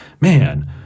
man